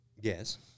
Yes